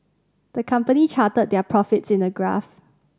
the company charted their profits in a graph